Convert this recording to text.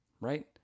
Right